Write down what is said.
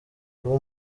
kuba